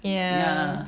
yeah